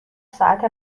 ساعت